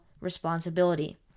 responsibility